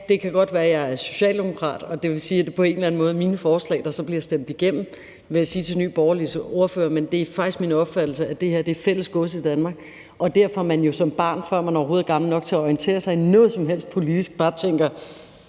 det kan godt være, at jeg er socialdemokrat, og det vil sige, at det på en eller anden måde er mine forslag, der så bliver stemt igennem, vil jeg sige til Nye Borgerliges ordfører, men det er faktisk min opfattelse, at det her er fælles gods i Danmark, og at man derfor som barn, før man overhovedet er gammel nok til at orientere sig i noget som helt politisk, bare tænker: